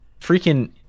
freaking